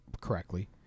correctly